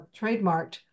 trademarked